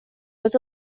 was